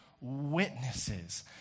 witnesses